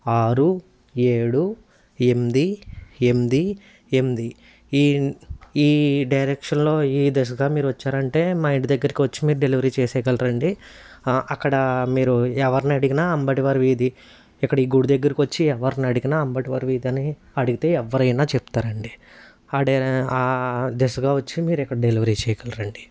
ఆరు ఏడు ఎంది ఎంది ఎంది ఈ ఈ డైరెక్షన్లో ఈ దశగా మీరు వచ్చారంటే మా ఇంటి దగ్గరికి వచ్చి మీరు డెలివరీ చేసేయగలరండి అక్కడ మీరు ఎవరినడిగినా అంబటివారి వీధి ఇక్కడ ఈ గుడి దగ్గరకు వచ్చి ఎవర్ని అడిగినా అంబటివారి వీధి అని అడిగితే ఎవ్వరైనా చెప్తారండి ఆ డెరా ఆ దిశగా వచ్చి మీరు ఇక్కడ డెలివరీ చేయగలరండి